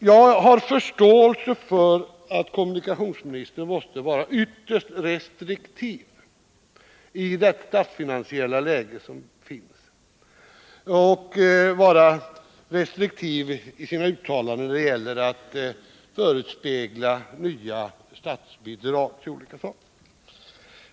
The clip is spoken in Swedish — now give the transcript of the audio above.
Jag har förståelse för att kommunikationsministern måste vara ytterst restriktiv i det statsfinansiella läge som råder och att han måste vara restriktiv i sina uttalanden när det gäller att förespegla nya statsbidrag till olika saker.